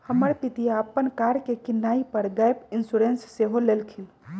हमर पितिया अप्पन कार के किनाइ पर गैप इंश्योरेंस सेहो लेलखिन्ह्